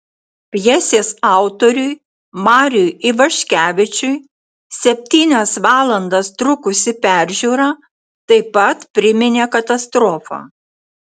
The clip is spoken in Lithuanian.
pjesės autoriui mariui ivaškevičiui septynias valandas trukusi peržiūra taip pat priminė katastrofą